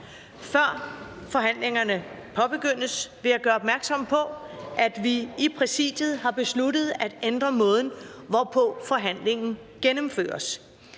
med forhandlingen, vil jeg gøre opmærksom på, at vi i Præsidiet har besluttet at ændre måden, hvorpå forhandlingen gennemføres.